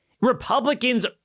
Republicans